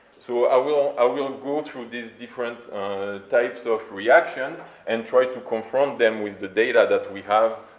so i will i will go through this different types of reactions and try to confront them with the data that we have